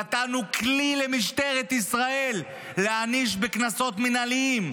נתנו כלי למשטרת ישראל להעניש בקנסות מינהליים,